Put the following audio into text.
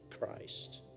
Christ